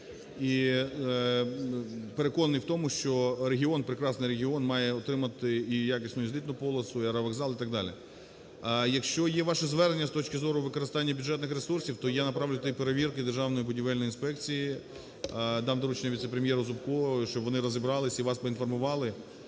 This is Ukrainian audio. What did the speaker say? і переконаний в тому, що регіон, прекрасний регіон має отримати і якісну і злітну полосу, і аеровокзал і так далі. Якщо є ваше звернення з точки зору використання бюджетних ресурсів, то я направлю туди перевірки Державної будівельної інспекції, дам доручення віце-прем'єру Зубку, щоб вони розібралися і вас поінформували.